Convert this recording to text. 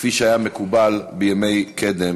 כפי שהיה מקובל בימי קדם,